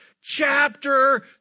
chapter